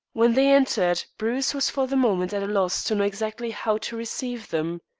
when they entered bruce was for the moment at a loss to know exactly how to receive them.